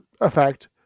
effect